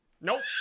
nope